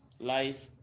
life